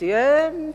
אתם יודעים מה?